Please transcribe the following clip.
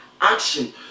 Action